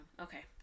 Okay